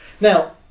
now